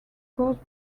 course